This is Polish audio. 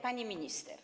Pani Minister!